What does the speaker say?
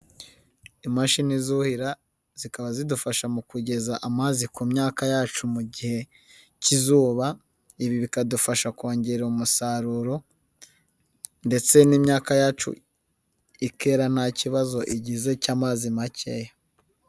Imashini zuhira zikaba zidufasha mu kugeza amazi ku myaka yacu mu gihe k'izuba, ibi bikadufasha kongera umusaruro ndetse n'imyaka yacu ikera nta kibazo igize cy'amazi makeya.